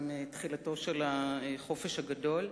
עם תחילתו של החופש הגדול,